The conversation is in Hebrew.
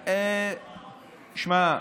אה, שמע,